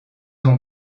ont